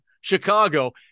Chicago